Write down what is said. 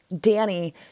Danny